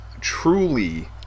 truly